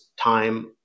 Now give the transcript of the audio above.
time